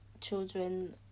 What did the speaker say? children